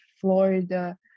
Florida